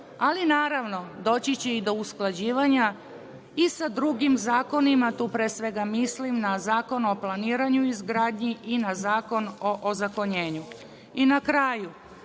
Ali, naravno, doći će i do usklađivanja i sa drugim zakonima, tu pre svega mislim na Zakon o planiranju i izgradnji i na Zakon o ozakonjenju. Na kraju,